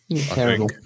Terrible